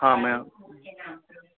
हाँ मैं